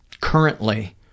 currently